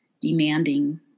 demanding